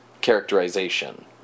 characterization